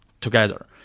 together